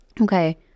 Okay